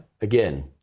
again